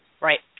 Right